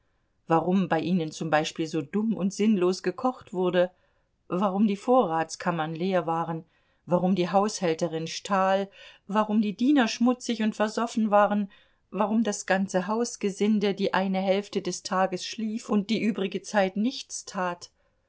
warum bei ihnen z b so dumm und sinnlos gekocht wurde warum die vorratskammern leer waren warum die haushälterin stahl warum die diener schmutzig und versoffen waren warum das ganze hausgesinde die eine hälfte des tages schlief und die übrige zeit nichts tat